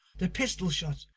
the pistol-shot,